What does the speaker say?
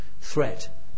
threat